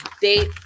date